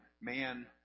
man